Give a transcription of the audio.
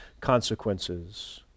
consequences